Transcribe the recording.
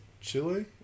Chile